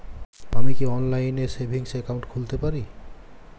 আমি কি অনলাইন এ সেভিংস অ্যাকাউন্ট খুলতে পারি?